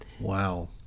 Wow